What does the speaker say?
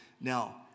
Now